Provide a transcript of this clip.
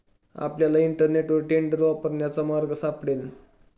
आपल्याला इंटरनेटवर टेंडर वापरण्याचा मार्ग सापडेल